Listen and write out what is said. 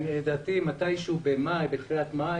לדעתי בתחילת מאי,